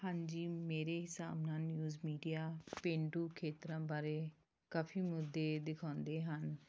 ਹਾਂਜੀ ਮੇਰੇ ਹਿਸਾਬ ਨਾਲ ਨਿਊਜ਼ ਮੀਡੀਆ ਪੇਂਡੂ ਖੇਤਰਾਂ ਬਾਰੇ ਕਾਫੀ ਮੁੱਦੇ ਦਿਖਾਉਂਦੇ ਹਨ